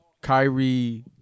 Kyrie